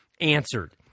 answered